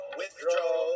withdraw